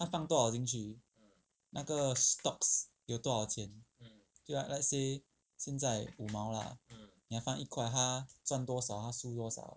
他放多少进去那个 stocks 有多少钱 like let's say 现在五毛 lah 你要放一块它赚多少输多少